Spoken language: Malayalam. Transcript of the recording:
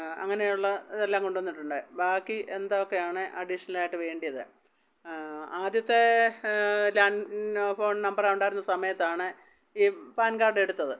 അങ്ങനെയുള്ളതെല്ലാം കൊണ്ടുവന്നിട്ടുണ്ട് ബാക്കി എന്തൊക്കെയാണ് അഡീഷണലായിട്ട് വേണ്ടത് ആദ്യത്തെ ലാൻ ഫോൺ നമ്പറുണ്ടായിരുന്ന സമയത്താണ് ഈ പാൻ കാർഡെടുത്തത്